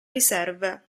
riserve